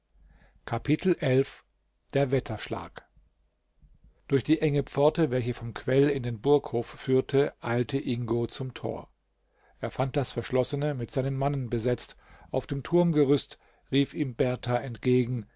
der wetterschlag durch die enge pforte welche vom quell in den burghof führte eilte ingo zum tor er fand das verschlossene mit seinen mannen besetzt auf dem turmgerüst rief ihm berthar entgegen